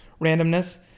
randomness